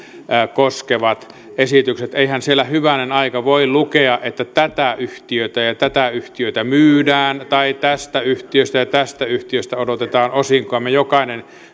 koskevat esitykset eihän siellä hyvänen aika voi lukea että tätä yhtiötä ja tätä yhtiötä myydään tai tästä yhtiöstä ja tästä yhtiöstä odotetaan osinkoa me jokainen